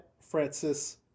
Francis